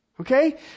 Okay